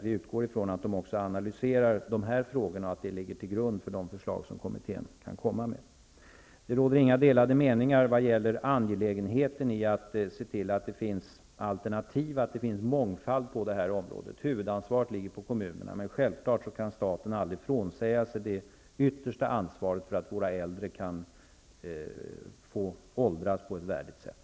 Vi utgår ifrån att den också analyserar de här frågorna, och att detta ligger till grund för de förslag som kommittén kan komma med. Det råder inga delade meningar om det angelägna i att se till att det finns alternativ och mångfald på det här området. Huvudansvaret ligger på kommunerna, men självklart kan staten aldrig frånsäga sig det yttersta ansvaret för att våra äldre kan få åldras på ett värdigt sätt.